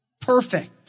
Perfect